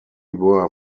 were